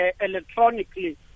electronically